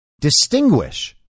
distinguish